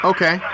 Okay